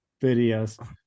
videos